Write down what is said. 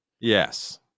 Yes